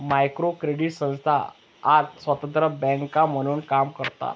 micro credit संस्था आता स्वतंत्र बँका म्हणून काम करतात